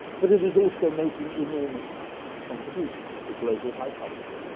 but it is also making enormous contributions to global high culture,